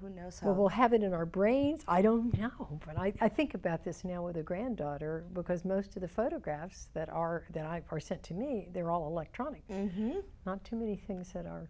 who knows what will happen in our brain i don't know when i think about this now with a granddaughter because most of the photographs that are then i percent to me they're all electronic and not too many things that are